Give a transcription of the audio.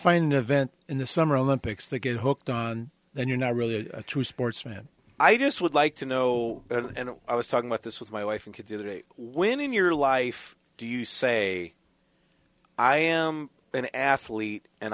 find events in the summer olympics they get hooked on then you're not really a true sportsman i just would like to know and i was talking about this with my wife and kids when in your life do you say i am an athlete and